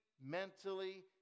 mentally